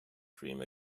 dream